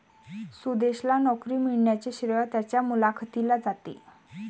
सुदेशला नोकरी मिळण्याचे श्रेय त्याच्या मुलाखतीला जाते